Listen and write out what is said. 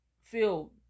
feel